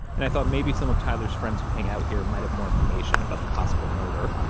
and i thought maybe some of tyler's friends who hang out here might have more information about the possible murder.